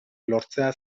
lortzea